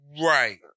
Right